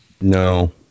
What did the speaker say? no